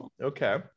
Okay